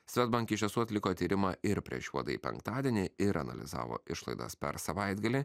swedbank iš tiesų atliko tyrimą ir prieš juodąjį penktadienį ir analizavo išlaidas per savaitgalį